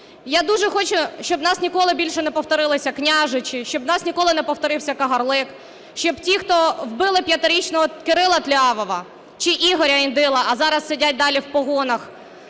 Я дуже хочу, щоб у нас ніколи більше не повторилися Княжичі, щоб у нас не повторився Кагарлик, щоб ті, хто вбили п'ятирічного Кирила Тлявова чи Ігоря Індила, а зараз сидять далі в погонах,